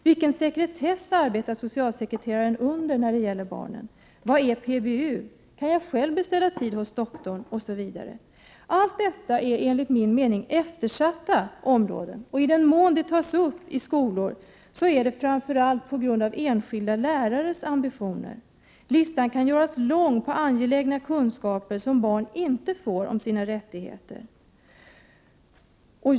Vilken sekretess arbetar socialsekreteraren under när det gäller barnen? Vad är PBU? Kan jag själv beställa tid hos doktorn, osv.? Allt detta är enligt min mening eftersatta områden. I den mån de tas upp i skolan är det framför allt tack vare enskilda lärares ambitioner. Listan kan göras lång över de angelägna kunskaper som barn inte får om sina rättigheter.